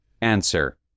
Answer